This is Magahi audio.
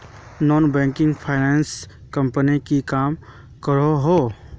नॉन बैंकिंग फाइनांस कंपनी की काम करोहो?